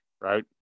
right